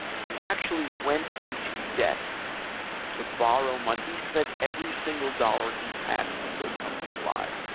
he actually went into debt to borrow money. he spent every single dollar he had to keep those companies alive